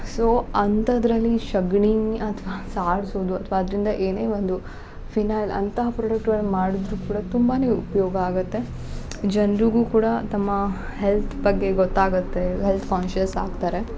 so ಅಂಥದ್ರಲ್ಲಿ ಸಗ್ಣಿನ ಅಥ್ವಾ ಸಾರ್ಸುದು ಅಥ್ವ ಅದರಿಂದ ಏನೇ ಒಂದು ಫಿನಾಯ್ಲ್ ಅಂತಹ ಪ್ರೊಡಕ್ಟ್ಗಳನ್ನ ಮಾಡಿದರೂ ಕೂಡ ತುಂಬಾನೆ ಉಪಯೋಗ ಆಗುತ್ತೆ ಜನರಿಗೂ ಕೂಡ ತಮ್ಮ ಹೆಲ್ತ್ ಬಗ್ಗೆ ಗೊತ್ತಾಗುತ್ತೆ ಹೆಲ್ತ್ ಕಾನ್ಶಿಯಸ್ ಆಗ್ತಾರೆ